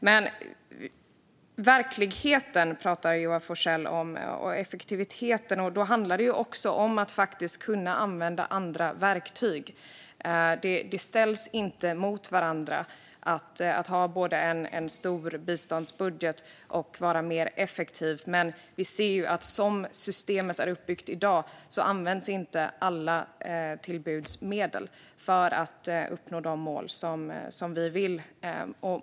Joar Forssell pratar om verkligheten och effektiviteten. Då handlar det också om att faktiskt kunna använda andra verktyg. Att ha en stor biståndsbudget och att vara mer effektiv ställs inte mot varandra. Men vi ser att som systemet är uppbyggt i dag används inte alla till buds stående medel för att uppnå de mål som vi vill nå.